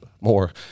more